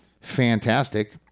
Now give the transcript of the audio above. fantastic